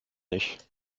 nicht